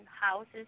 houses